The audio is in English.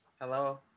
Hello